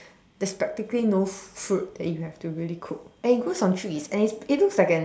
there's practically no fruit that you have to really cook and it grows on trees and it it looks like an